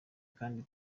kandi